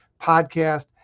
Podcast